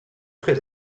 très